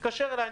תתקשר אליי,